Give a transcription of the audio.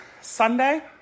Sunday